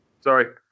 Sorry